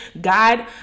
God